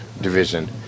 division